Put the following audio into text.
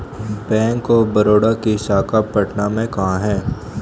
Bank of Baroda की शाखा पटना में कहाँ है?